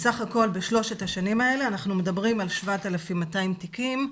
בסך הכול בשלוש השנים האלה אנחנו מדברים על 7,200 תיקים.